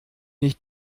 nicht